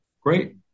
great